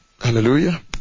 Hallelujah